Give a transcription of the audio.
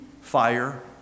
fire